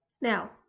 Now